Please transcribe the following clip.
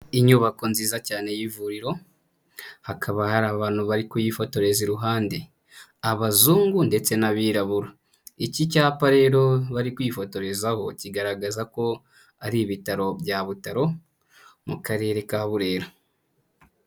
Inyubako nziza cyane y'ivuriro hakaba hari abantu bari kuyifotoreza iruhande, abazungu ndetse n'abirabura. Iki cyapa rero bari kwifotorezaho kigaragaza ko ari ibitaro bya Butaro mu karere ka Burera.